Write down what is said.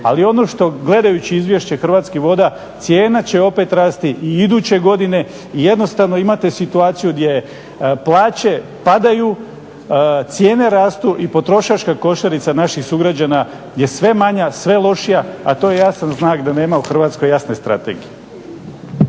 Ali ono što gledajući izvješće Hrvatskih voda, cijena će opet rasti i iduće godine i jednostavno imate situaciju gdje plaće padaju, cijene rastu i potrošačka košarica naših sugrađana je sve manja, sve lošija a to je jasan znak da nema u Hrvatskoj jasne strategije.